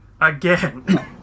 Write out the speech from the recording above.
again